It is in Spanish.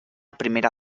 primera